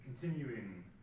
continuing